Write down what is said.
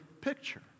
picture